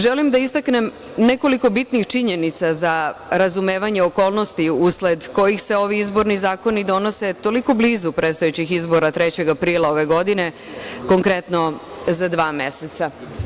Želim da istaknem nekoliko bitnih činjenica za razumevanje okolnosti usled kojih se ovi izborni zakoni donose toliko blizu predstojećih izbora 3. aprila ove godine, konkretno za dva meseca.